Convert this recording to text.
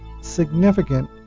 significant